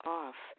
off